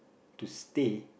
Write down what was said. to stay